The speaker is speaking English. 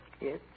Yes